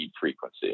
frequency